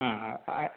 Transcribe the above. ആ ആ ആ